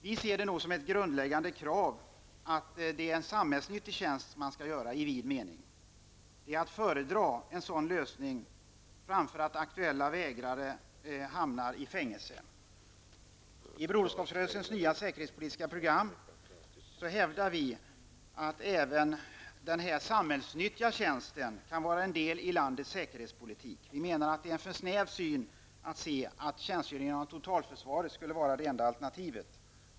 Vi ser det som ett grundläggande krav att det är en i vid mening samhällsnyttig tjänst man skall göra. Det är att föredra en sådan lösning framför att aktuella vägrare hamnar i fängelse. I Broderskapsrörelsens nya säkerhetspolitiska program hävdar vi att även denna samhällsnyttiga tjänst kan vara en del i landets säkerhetspolitik. Vi menar att det är för snävt att se tjänstgöring inom totalförsvaret som det enda alternativet.